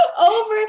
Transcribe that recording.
over